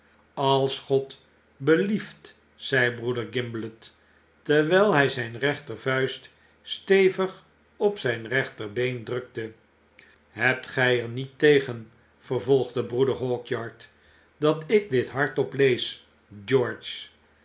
als god belieft zei broeder gimblet terwyl hy zyn rechtervuist stevig op zyn rechterbeen drukte hebt gi er niet tegen vervolgde broeder hawkyard dat ik dit hardop lees george